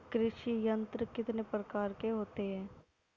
कृषि यंत्र कितने प्रकार के होते हैं?